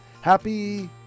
Happy